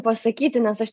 pasakyti nes aš